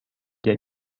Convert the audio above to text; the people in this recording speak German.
der